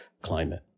climate